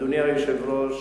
אדוני היושב-ראש,